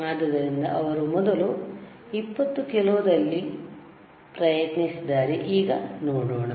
ಆದ್ದರಿಂದ ಅವರು ಮೊದಲು ೨೦ ಕಿಲೋ ದಲ್ಲಿ ಪ್ರಯತ್ನಿಸಿದ್ದಾರೆ ಈಗ ನೋಡೋಣ